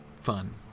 Fun